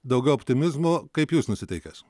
daugiau optimizmo kaip jūs nusiteikęs